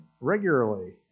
regularly